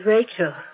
Rachel